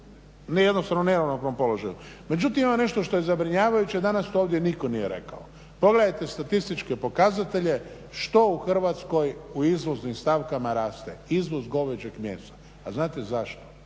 u, jednostavno neravnopravnom položaju. Međutim, ima nešto što je zabrinjavajuće, dana to ovdje nitko nije rekao. Pogledajte statističke pokazatelje što u Hrvatskoj u izvoznim strankama raste, izvoz goveđeg mesa. A znate zašto?